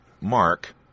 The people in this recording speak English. mark